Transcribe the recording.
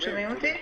שומעים אותי?